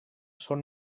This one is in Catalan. són